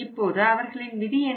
இப்போது அவர்களின் விதி என்ன